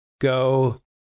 go